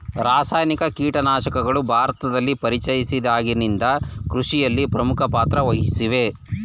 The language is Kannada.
ರಾಸಾಯನಿಕ ಕೀಟನಾಶಕಗಳು ಭಾರತದಲ್ಲಿ ಪರಿಚಯಿಸಿದಾಗಿನಿಂದ ಕೃಷಿಯಲ್ಲಿ ಪ್ರಮುಖ ಪಾತ್ರ ವಹಿಸಿವೆ